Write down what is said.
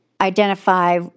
identify